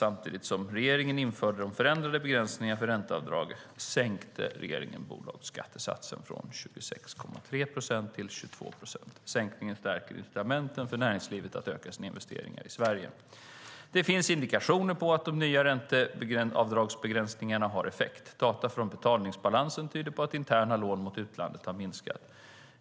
Samtidigt som regeringen införde de förändrade begränsningsreglerna för ränteavdrag sänkte regeringen bolagsskattesatsen från 26,3 procent till 22 procent. Sänkningen stärker incitamenten för näringslivet att öka sina investeringar i Sverige. Det finns indikationer på att de nya ränteavdragsbegränsningarna har effekt. Data från betalningsbalansen tyder på att interna lån mot utlandet har minskat.